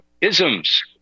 isms